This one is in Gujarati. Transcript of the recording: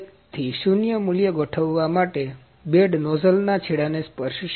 તેથી શૂન્ય મૂલ્ય ગોઠવવા માટે બેડ નોઝલના છેડાને સ્પર્શશે